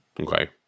Okay